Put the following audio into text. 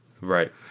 Right